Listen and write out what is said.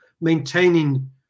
maintaining